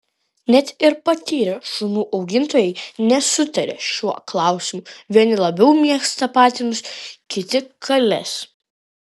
net ir patyrę šunų augintojai nesutaria šiuo klausimu vieni labiau mėgsta patinus kiti kales